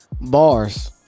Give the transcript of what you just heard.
bars